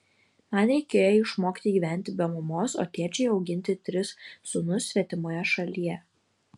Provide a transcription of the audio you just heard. man reikėjo išmokti gyventi be mamos o tėčiui auginti tris sūnus svetimoje šalyje